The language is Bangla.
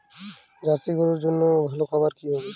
জার্শি গরুর জন্য ভালো খাবার কি হবে?